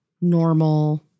normal